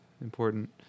important